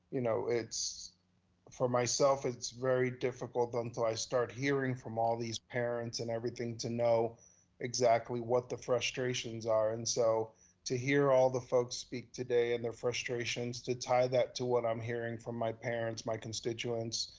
you know, for myself it's very difficult until i start hearing from all these parents and everything to know exactly what the frustrations are, and so to hear all the folks speak today and their frustrations, to tie that to what i'm hearing from my parents, my constituents,